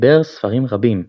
חיבר ספרים רבים,